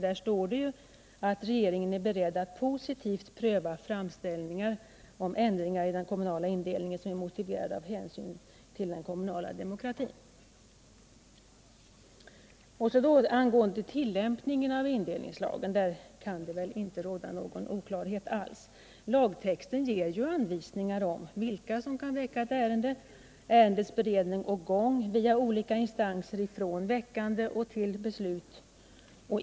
Där står att regeringen är beredd att positivt pröva framställningar om ändringar i den kommunala indelningen som är motiverade av hänsyn till den kommunala demokratin. Angående tillämpningen av indelningslagen kan ingen oklarhet råda. Lagtexten ger anvisningar om vilka som kan väcka ett ärende, ärendets beredning och gång via olika instanser från väckande till beslut.